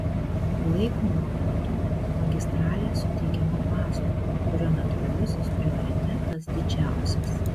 laiko momentu magistralė suteikiama mazgui kurio natūralusis prioritetas didžiausias